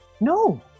no